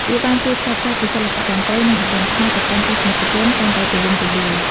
វាបានជួយផ្សព្វផ្សាយពីសិល្បៈតន្ត្រី និងរបាំខ្មែរទៅកាន់ទស្សនិកជនកាន់តែទូលំទូលាយ។